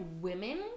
women